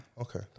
Okay